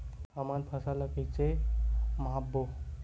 हमन फसल ला कइसे माप बो?